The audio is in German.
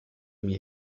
mir